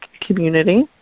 community